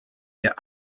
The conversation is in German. der